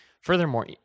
Furthermore